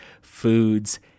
foods